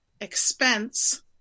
expense